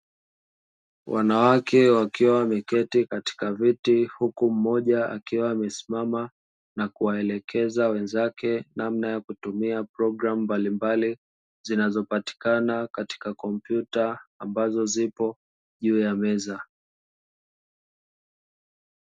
Wanawake wakiwa wameketi katika viti huku mmoja akiwa amesimama na kuwaelekeza wenzake namna ya kutumia program mbalimbali zinazopatikana katika kompyuta ambazo zipo juu ya meza.